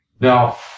Now